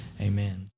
Amen